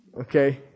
Okay